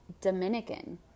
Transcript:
Dominican